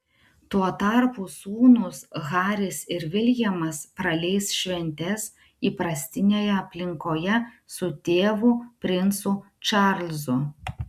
tuo tarpu sūnūs haris ir viljamas praleis šventes įprastinėje aplinkoje su tėvu princu čarlzu